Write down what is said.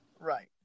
Right